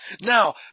Now